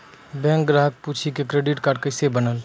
Bank ग्राहक पुछी की क्रेडिट कार्ड केसे बनेल?